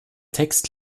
text